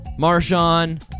Marshawn